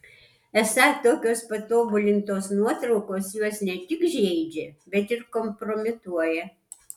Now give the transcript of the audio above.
esą tokios patobulintos nuotraukos juos ne tik žeidžia bet ir kompromituoja